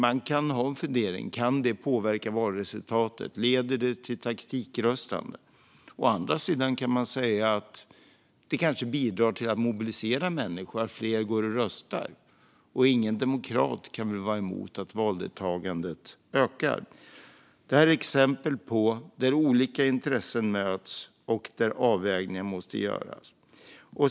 Man kan ha funderingar på om det kan påverka valresultatet. Leder det till taktikröstande? Å andra sidan kanske det bidrar till att mobilisera människor så att fler går och röstar. Ingen demokrat kan väl vara emot att valdeltagandet ökar? Detta är exempel på att olika intressen möts och avvägningar måste göras.